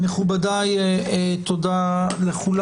מכובדיי, תודה לכולם.